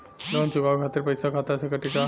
Loan चुकावे खातिर पईसा खाता से कटी का?